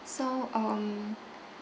so um